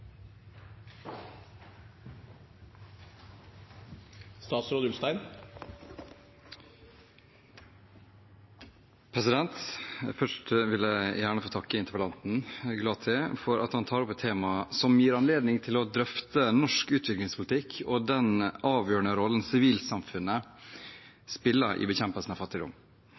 Først vil jeg gjerne få takke interpellanten, Gulati, for at han tar opp et tema som gir anledning til å drøfte norsk utviklingspolitikk og den avgjørende rollen sivilsamfunnet spiller i bekjempelsen av fattigdom.